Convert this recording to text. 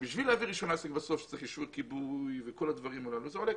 בשביל רישיון עסק צריך אישור כיבוי וזה עולה כסף.